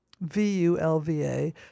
V-U-L-V-A